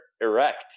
erect